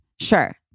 Sure